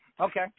Okay